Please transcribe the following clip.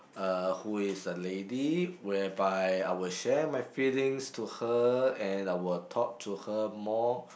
uh who is a lady whereby I would share my feelings to her and I will talk to her more